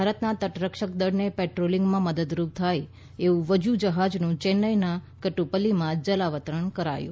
ભારતના તટરક્ષક દળને પેટ્રોલિંગમાં મદદરૂપ થાય એવું વજ્ર જહાજનું યેન્નાઈના કદૃપલીમાં જલાવતરણ કરાયું